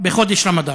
בחודש רמדאן.